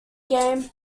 game